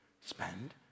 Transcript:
Spend